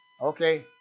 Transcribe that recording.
Okay